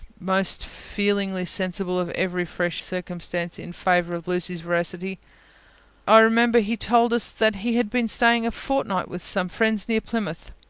most feelingly sensible of every fresh circumstance in favour of lucy's veracity i remember he told us, that he had been staying a fortnight with some friends near plymouth.